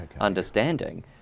understanding